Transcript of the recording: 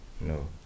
no